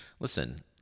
Listen